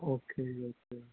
okay ਜੀ okay